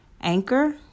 Anchor